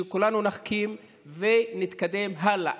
כולנו נחכים ונתקדם הלאה.